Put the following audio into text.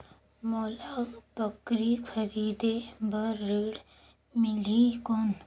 मोला बकरी खरीदे बार ऋण मिलही कौन?